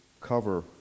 cover